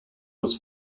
was